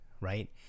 right